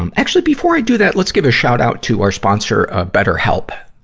um actually, before i do that, let's give a shout-out to our sponsor, ah, betterhelp.